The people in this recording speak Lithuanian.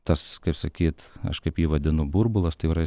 tas ir sakyti aš kaip jį vadinu burbulas tai yra